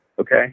Okay